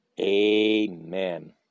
Amen